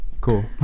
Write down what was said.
Cool